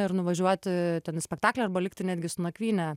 ir nuvažiuoti ten į spektaklį arba likti netgi su nakvyne